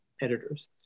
editors